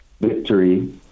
victory